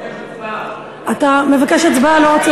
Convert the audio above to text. אני מבקש הצבעה.